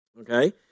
okay